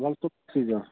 وَلہٕ توٚتتھے